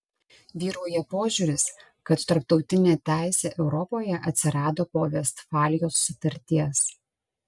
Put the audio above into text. vyrauja požiūris kad tarptautinė teisė europoje atsirado po vestfalijos sutarties